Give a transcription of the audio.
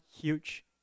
huge